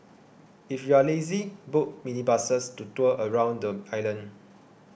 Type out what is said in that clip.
if you are lazy book minibuses to tour around the island